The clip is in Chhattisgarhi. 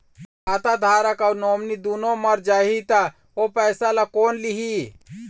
खाता धारक अऊ नोमिनि दुनों मर जाही ता ओ पैसा ला कोन लिही?